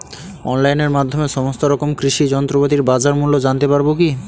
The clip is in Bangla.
অনলাইনের মাধ্যমে সমস্ত রকম কৃষি যন্ত্রপাতির বাজার মূল্য জানতে পারবো কি?